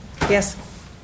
Yes